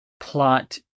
Plot